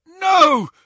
No